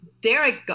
Derek